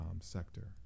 sector